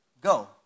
Go